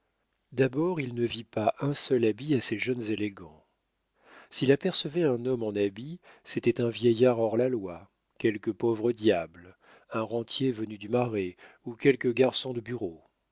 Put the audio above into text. d'abord il ne vit pas un seul habit à ces jeunes élégants s'il apercevait un homme en habit c'était un vieillard hors la loi quelque pauvre diable un rentier venu du marais ou quelque garçon de bureau